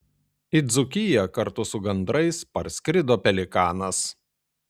į dzūkiją kartu su gandrais parskrido pelikanas